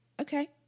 Okay